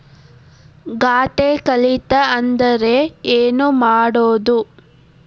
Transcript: ಖಾತೆ ಕಳಿತ ಅಂದ್ರೆ ಏನು ಮಾಡೋದು?